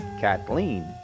Kathleen